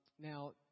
now